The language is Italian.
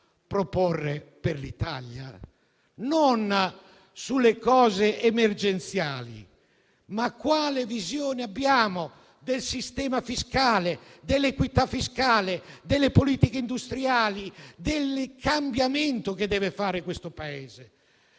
proporre per l'Italia, non sulle cose emergenziali, ma su quale visione abbiamo del sistema fiscale, dell'equità fiscale, delle politiche industriali e del cambiamento che deve fare questo Paese?